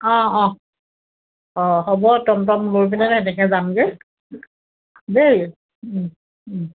অঁ অঁ অঁ হ'ব টম টম লৈ পেনে এনেকৈ যামগৈ দেই